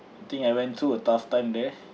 I think I went through a tough time there